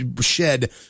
shed